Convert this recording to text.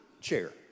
chair